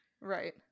Right